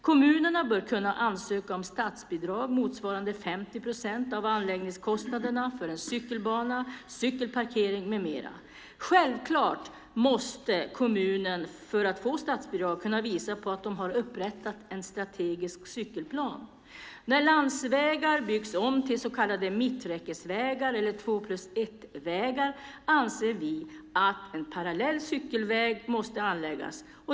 Kommunerna bör kunna ansöka om statsbidrag motsvarande 50 procent av anläggningskostnaderna för en cykelbana, cykelparkering med mera. Självfallet måste kommunen för att få statsbidrag kunna visa på att de har upprättat en strategisk cykelplan. När landsvägar byggs om till så kallade mitträckesvägar eller två-plus-ett-vägar anser vi att en parallell cykelväg måste anläggas.